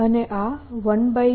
અને આ 1c